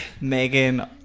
Megan